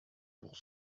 pour